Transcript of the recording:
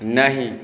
नहि